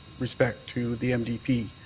respect to the mdp.